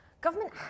government